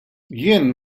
jien